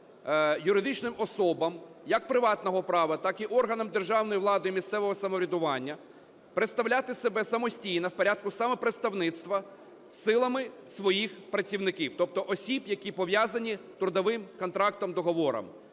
юридичним особам як приватного права, так і органам державної влади і місцевого самоврядування представляти себе самостійно в порядку самопредставництва силами своїх працівників, тобто осіб, які пов'язані трудовим контрактом, договором.